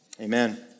Amen